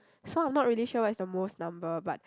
so I'm not really sure what is the most number but